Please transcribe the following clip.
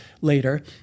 later